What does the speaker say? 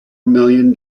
million